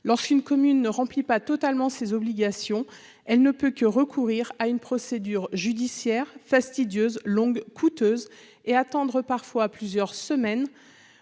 lorsqu'une commune ne remplit pas totalement ses obligations, elle ne peut que recourir à une procédure judiciaire fastidieuse, longue coûteuse et attendre parfois plusieurs semaines